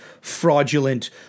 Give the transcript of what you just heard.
fraudulent